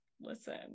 Listen